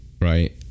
right